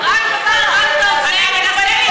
הורדת האבטלה ושיעור העוני,